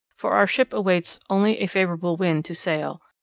for our ship awaits only a favourable wind to sail,